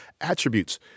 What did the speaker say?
attributes